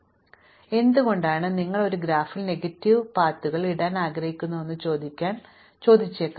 അതിനാൽ എന്തുകൊണ്ടാണ് നിങ്ങൾ ഒരു ഗ്രാഫിൽ നെഗറ്റീവ് വഴികൾ ഇടാൻ ആഗ്രഹിക്കുന്നതെന്ന് ചോദിക്കാൻ നിങ്ങൾ ആഗ്രഹിച്ചേക്കാം